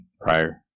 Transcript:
Prior